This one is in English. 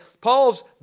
Paul's